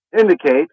indicate